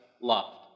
loved